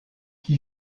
qui